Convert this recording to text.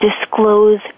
disclose